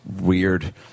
weird